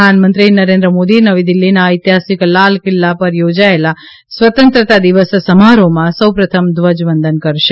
પ્રધાનમંત્રી નરેન્દ્ર મોદી નવી દિલ્ફીના ઐતિહાસિક લાલ કિલ્લા પર યોજાયેલા સ્વતંત્રતા દિવસ સમારોહમાં સૌ પ્રથમ ધ્વજવંદન કરશે